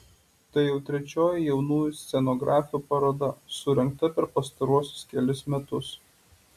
tai jau trečioji jaunųjų scenografių paroda surengta per pastaruosius kelis metus